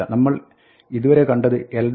നമ്മൾ ഇതുവരെ കണ്ടത് l